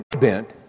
bent